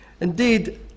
Indeed